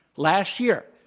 last year,